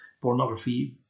pornography